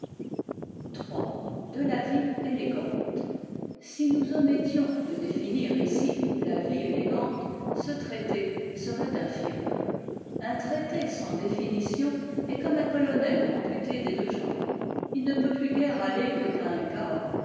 ii de la vie élégante si nous omettions de définir ici la vie élégante ce traité serait infirme un traité sans définition est comme un colonel amputé des deux jambes il ne peut plus guère aller que